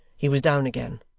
he was down again,